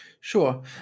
Sure